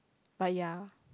but ya